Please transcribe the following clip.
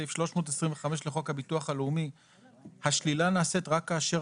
סעיף 325 לחוק הביטוח הלאומי השלילה נעשית רק כאשר